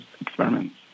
experiments